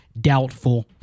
doubtful